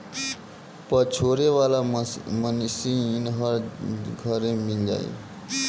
पछोरे वाला मशीन हर घरे मिल जाई